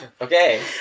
Okay